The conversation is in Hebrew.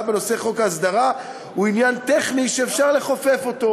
בנושא חוק ההסדרה היא עניין טכני שאפשר לכופף אותו,